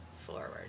forward